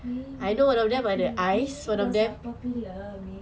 mean girls are talking mean girls are popular